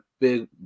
big